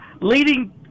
leading